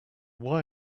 why